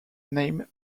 name